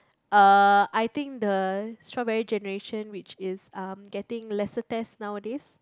uh I think the strawberry generation which is um getting lesser test nowadays